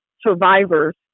survivors